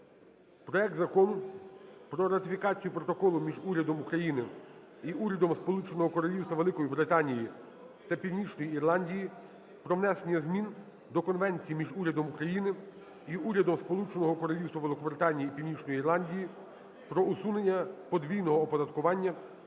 проект Закону про ратифікацію Протоколу між Урядом України і Урядом Сполученого Королівства Великої Британії та Північної Ірландії про внесення змін до Конвенції між Урядом України і Урядом Сполученого Королівства Великобританії і Північної Ірландії про усунення подвійного оподаткування